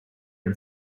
and